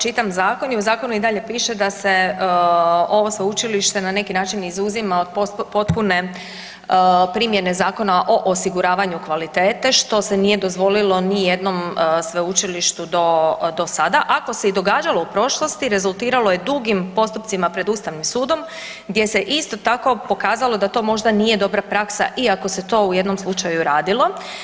Čitam zakon i u zakonu i dalje piše da se ovo sveučilište na neki način izuzima od potpune primjene Zakona o osiguravanju kvalitete što se nije dozvolilo nijednom sveučilištu do, do sada, ako se i događalo u prošlosti rezultiralo je dugim postupcima pred ustavnim sudom gdje se isto tako pokazalo da to možda nije dobra praksa iako se to u jednom slučaju radilo.